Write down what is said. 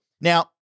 Now